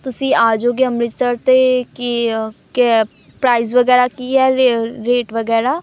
ਤੁਸੀਂ ਆ ਜਾਓਗੇ ਅੰਮ੍ਰਿਤਸਰ ਅਤੇ ਕੀ ਕੈਬ ਪ੍ਰਾਈਜ਼ ਵਗੈਰਾ ਕੀ ਹੈ ਰੇ ਰੇਟ ਵਗੈਰਾ